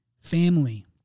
family